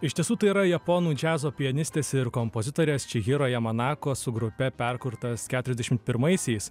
iš tiesų tai yra japonų džiazo pianistės ir kompozitorės čihiro jamanako su grupe perkurtas keturiasdešimt pirmaisiais